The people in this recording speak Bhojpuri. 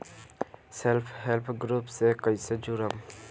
सेल्फ हेल्प ग्रुप से कइसे जुड़म?